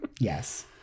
Yes